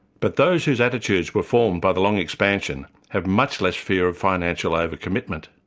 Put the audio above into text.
but those whose attitudes were formed by the long expansion have much less fear of financial over-commitment.